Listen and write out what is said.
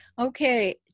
Okay